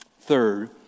Third